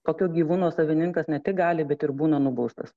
tokio gyvūno savininkas ne tik gali bet ir būna nubaustas